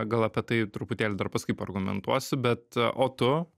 gal apie tai truputėlį dar paskui paargumentuosiu bet o tu